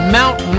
Mountain